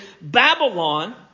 Babylon